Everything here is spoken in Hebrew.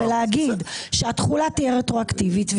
ולהגיד שהתחולה תהיה רטרואקטיבית,